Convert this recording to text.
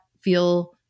feel